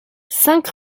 cinq